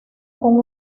con